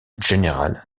général